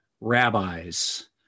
rabbis